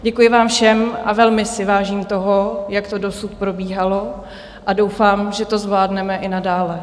Děkuji vám všem a velmi si vážím toho, jak to dosud probíhalo, a doufám, že to zvládneme i nadále.